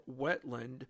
wetland